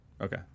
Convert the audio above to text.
Okay